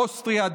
אוסטריה,